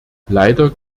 leider